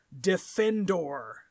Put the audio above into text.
Defendor